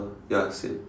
ya same